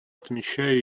отмечаю